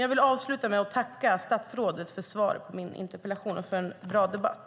Jag avslutar med att tacka statsrådet för svaret på min interpellation och för en bra debatt.